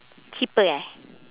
cheaper eh